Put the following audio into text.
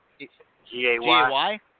G-A-Y